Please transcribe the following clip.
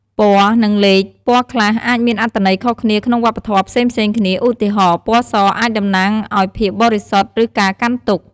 ពណ៌ និងលេខ ពណ៌ខ្លះអាចមានអត្ថន័យខុសគ្នាក្នុងវប្បធម៌ផ្សេងៗគ្នា ឧទាហរណ៍ ពណ៌សអាចតំណាងឱ្យភាពបរិសុទ្ធ ឬការកាន់ទុក្ខ។